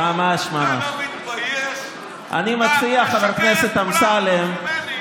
אבל השתנית מאז,